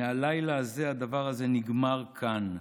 מהלילה הזה הדבר הזה נגמר כאן.